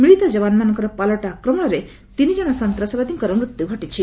ମିଳିତ ଯବାନମାନଙ୍କର ପାଲଟା ଆକ୍ରମଣରେ ତିନି ଜଣ ସନ୍ତାସବାଦୀଙ୍କର ମୃତ୍ୟୁ ଘଟିଛି